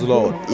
Lord